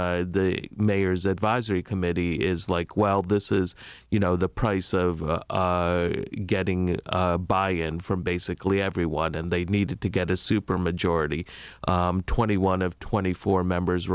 on the mayor's advisory committee is like well this is you know the price of getting buy in from basically everyone and they need to get a supermajority twenty one of twenty four members